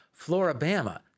Florabama